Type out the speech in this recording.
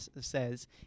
says